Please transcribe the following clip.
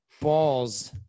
Balls